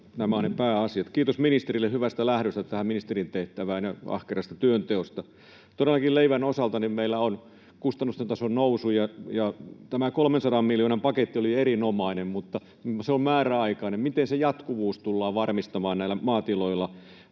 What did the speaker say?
nämä ovat ne pääasiat. Kiitos ministerille hyvästä lähdöstä tähän ministerin tehtävään ja ahkerasta työnteosta. Todellakin leivän osalta meillä on kustannusten tason nousu. Tämä 300 miljoonan paketti oli erinomainen, mutta se on määräaikainen. Miten sen jatkuvuus tullaan varmistamaan näillä maatiloilla?